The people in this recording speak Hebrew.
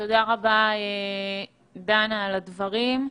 תודה לדנה על הדברים.